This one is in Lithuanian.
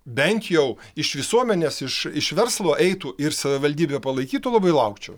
bent jau iš visuomenės iš iš verslo eitų ir savivaldybė palaikytų labai laukčiau